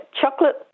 chocolate